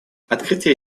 открытие